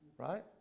right